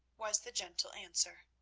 was the gentle answer.